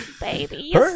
baby